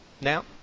now